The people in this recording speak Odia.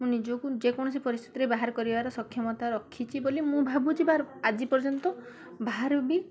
ମୁଁ ନିଜକୁ ଯେକୌଣସି ପରିସ୍ଥିତିରେ ବାହାର କରିବାର ସକ୍ଷମତା ରଖିଛି ବୋଲି ମୁଁ ଭାବୁଛି ବା ଆଜି ପର୍ଯ୍ୟନ୍ତ ବାହାର ବି